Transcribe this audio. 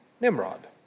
Nimrod